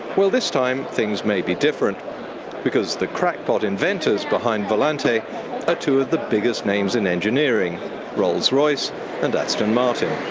well this time things may be different because the crackpot inventors behind volante are ah two of the biggest names in engineering rolls-royce and aston martin.